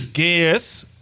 guess